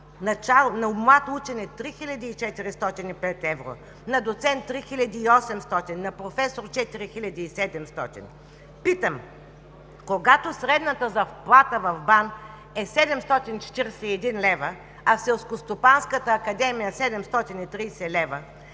на млад учен е 3405 евро, на доцент – 3800 евро, на професор – 4700 евро. Питам: когато средната заплата в БАН е 741 лв., в Селскостопанската академия е 730 лв.,